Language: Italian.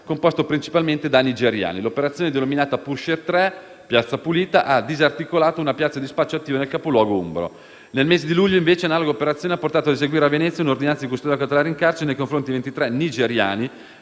composto, principalmente da nigeriani. L'operazione, denominata "Pusher 3-Piazza Pulita", ha disarticolato una piazza di spaccio attiva nel capoluogo umbro. Nel mese di luglio invece analoga operazione ha portato ad eseguire a Venezia un'ordinanza di custodia cautelare in carcere nei confronti di 25 nigeriani,